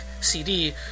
CD